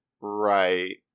Right